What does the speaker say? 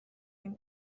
این